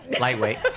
Lightweight